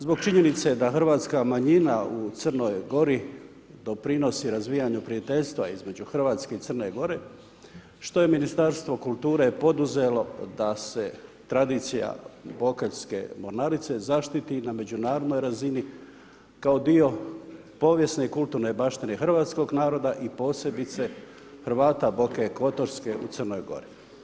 Zbog činjenica da hrvatska manjina u Crnoj Gori doprinosi razvijanju prijateljstva između Hrvatske i Crne Gore, što je Ministarstvo kulture poduzelo da se tradicija Bokeljske mornarice zaštiti i na međunarodnoj razini, kao dio povijesne i kulturne baštine hrvatskog naroda i posebice Hrvata Boke kotorske u Crnoj Gori.